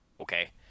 Okay